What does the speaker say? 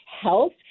health